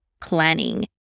planning